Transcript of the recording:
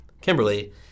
Kimberly